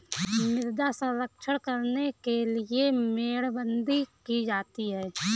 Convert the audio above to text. मृदा संरक्षण करने के लिए मेड़बंदी की जाती है